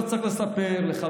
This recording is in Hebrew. סגן השר, רק בקשה קטנה.